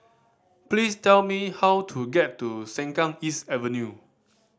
please tell me how to get to Sengkang East Avenue